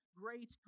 great